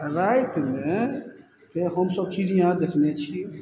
रातिमे तऽ हमसब चिड़ियाँ देखने छियै